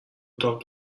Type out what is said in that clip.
اتاق